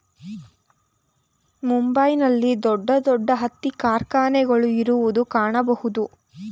ಮುಂಬೈ ನಲ್ಲಿ ದೊಡ್ಡ ದೊಡ್ಡ ಹತ್ತಿ ಕಾರ್ಖಾನೆಗಳು ಇರುವುದನ್ನು ಕಾಣಬೋದು